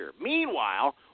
Meanwhile